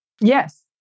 Yes